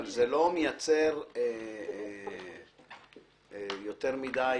אבל זה לא מייצר יותר מדי